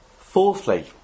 Fourthly